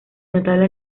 notable